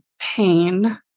pain